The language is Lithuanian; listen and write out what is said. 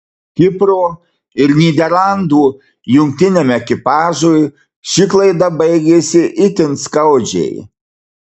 kipro ir nyderlandų jungtiniam ekipažui ši klaida baigėsi itin skaudžiai